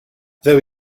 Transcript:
though